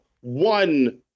one